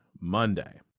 Monday